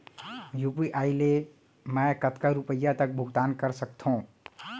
UPI ले मैं कतका रुपिया तक भुगतान कर सकथों